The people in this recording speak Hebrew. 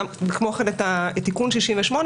כמו כן את תיקון 68,